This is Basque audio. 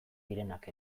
direnak